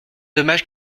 dommage